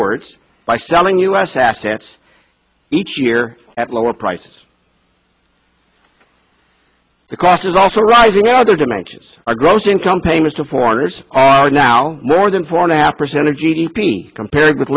words by selling us assets each year at lower prices the cost is also rising in other dimensions our gross income payments to foreigners are now more than four and a half percent of g d p compared with